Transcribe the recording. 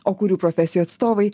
o kurių profesijų atstovai